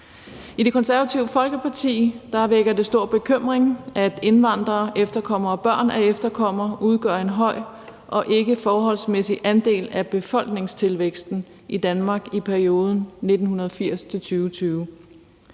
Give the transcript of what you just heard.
I Det Konservative Folkeparti vækker det stor bekymring, at indvandrere, efterkommere og børn af efterkommere udgør en høj og ikke forholdsmæssig andel af befolkningstilvæksten i Danmark i perioden fra 1980